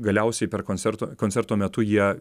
galiausiai per koncertą koncerto metu jie